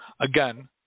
again